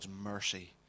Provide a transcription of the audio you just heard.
mercy